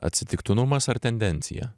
atsitiktinumas ar tendencija